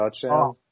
touchdown